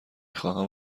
خواهم